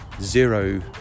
zero